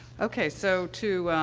okay, so to,